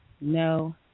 No